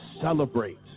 celebrate